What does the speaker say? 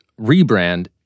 rebrand